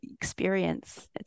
experience